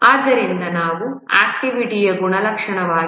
ಆದ್ದರಿಂದ ಇವು ಆಕ್ಟಿವಿಟಿಯ ಗುಣಲಕ್ಷಣಗಳಾಗಿವೆ